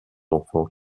enfants